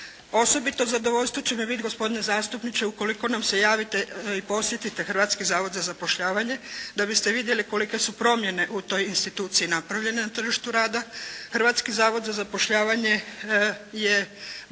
Osobito zadovoljstvo će mi bit gospodine zastupniče ukoliko nam se javite i posjetite Hrvatski zavod za zapošljavanje da biste vidjeli kolike su promjene u toj instituciji napravljene na tržištu rada. Hrvatski zavod za zapošljavanje je bio